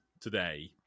today